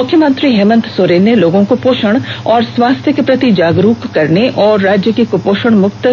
मुख्यमंत्री हेमंत सोरेन ने लोगों को पोषण और स्वास्थ्य के प्रति जागरूक करने और राज्य को कृपोषण मुक्त